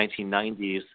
1990s